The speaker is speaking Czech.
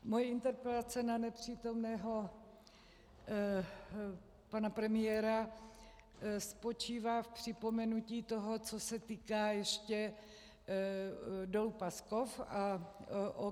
Moje interpelace na nepřítomného pana premiéra spočívá v připomenutí toho, co se týká ještě dolu Paskov a OKD.